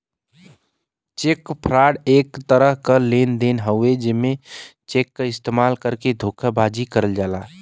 check fraud एक तरह क लेन देन हउवे जेमे चेक क इस्तेमाल करके धोखेबाजी करल जाला